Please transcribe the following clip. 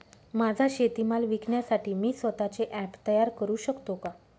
माझा शेतीमाल विकण्यासाठी मी स्वत:चे ॲप तयार करु शकतो का?